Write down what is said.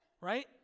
right